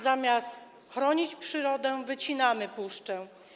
Zamiast chronić przyrodę, wycinamy puszczę.